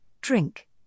drink